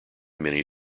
many